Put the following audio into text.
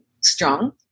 strong